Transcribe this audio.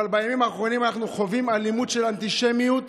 אבל בימים האחרונים אנחנו חווים אלימות של אנטישמיות